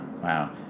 wow